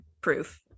proof